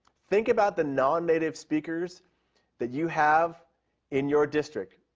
think about the non native speakers that you have in your district,